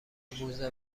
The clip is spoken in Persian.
موزه